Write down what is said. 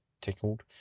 tickled